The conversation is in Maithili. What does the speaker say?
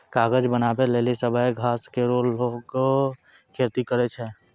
कागज बनावै लेलि सवैया घास केरो लोगें खेती करै छै